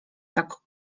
tak